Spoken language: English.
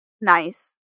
nice